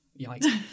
Yikes